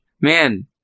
Man